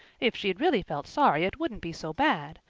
if she'd really felt sorry it wouldn't be so bad.